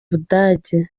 budage